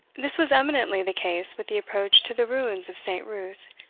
this was eminently the case with the approach to the ruins of saint ruth,